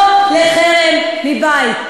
לא לחרם מבית.